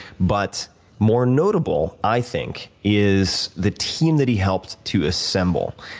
but more notable, i think, is the team that he helped to assemble.